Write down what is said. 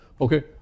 Okay